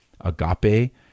agape